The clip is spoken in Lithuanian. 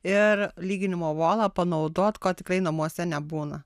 ir lyginimo volą panaudot ko tikrai namuose nebūna